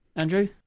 Andrew